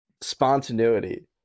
spontaneity